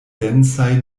densaj